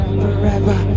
forever